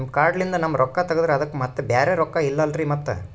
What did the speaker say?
ನಿಮ್ ಕಾರ್ಡ್ ಲಿಂದ ನಮ್ ರೊಕ್ಕ ತಗದ್ರ ಅದಕ್ಕ ಮತ್ತ ಬ್ಯಾರೆ ರೊಕ್ಕ ಇಲ್ಲಲ್ರಿ ಮತ್ತ?